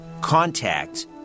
contact